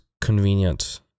convenient